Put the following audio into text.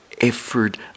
effort